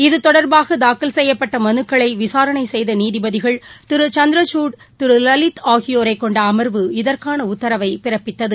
இது தொடர்பாகதாக்கல் செய்யப்பட்டமனுக்களைவிசாரணைசெய்தநீதிபதிகள் திருசந்திரசூட் திருலலித் ஆகியோரைக் கொண்டஅமர்வு இதற்கானஉத்தரவைபிறப்பித்தது